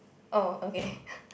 oh okay